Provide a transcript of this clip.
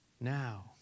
now